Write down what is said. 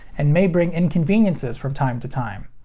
and may bring inconveniences from time to time.